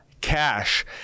cash